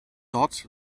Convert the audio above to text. dort